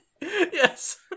Yes